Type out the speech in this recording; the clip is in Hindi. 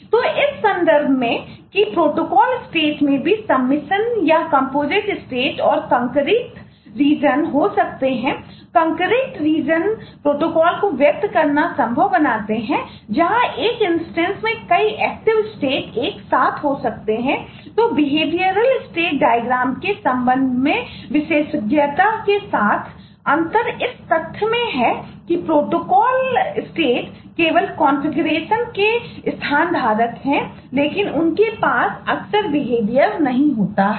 तो इस संदर्भ में कि प्रोटोकॉल स्टेटस नहीं होता है